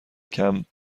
کمپ